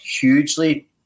hugely